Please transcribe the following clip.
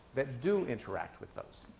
that do interact with those.